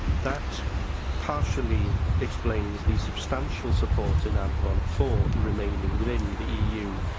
that partially explains the substantial support in arfon for remaining within the eu.